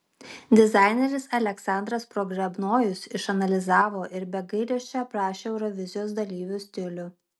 dizaineris aleksandras pogrebnojus išanalizavo ir be gailesčio aprašė eurovizijos dalyvių stilių